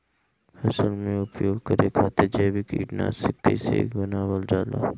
फसल में उपयोग करे खातिर जैविक कीटनाशक कइसे बनावल जाला?